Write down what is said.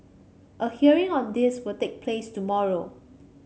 a hearing on this will take place tomorrow